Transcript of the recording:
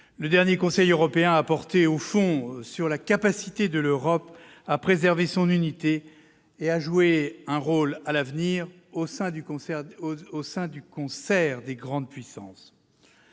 le dernier Conseil européen a porté, au fond, sur la capacité de l'Europe à préserver son unité et à jouer un rôle, à l'avenir, au sein du concert des grandes puissances.